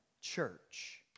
church